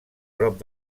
prop